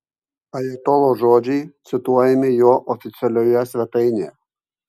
ajatolos žodžiai cituojami jo oficialioje svetainėje